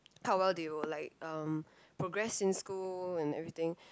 how well they will like um progress in school and everything